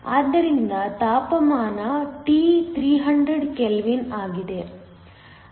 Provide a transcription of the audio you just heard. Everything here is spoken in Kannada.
ಆದ್ದರಿಂದ ತಾಪಮಾನ T 300 ಕೆಲ್ವಿನ್ ಆಗಿದೆ